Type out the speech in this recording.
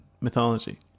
mythology